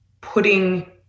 putting